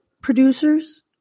producers